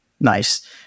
Nice